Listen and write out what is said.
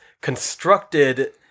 constructed